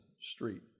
Street